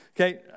Okay